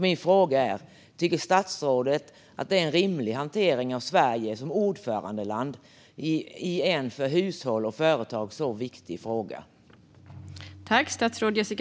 Min fråga är därför: Tycker statsrådet att detta är en rimlig hantering från Sverige som ordförandeland i en för hushåll och företag så viktig fråga?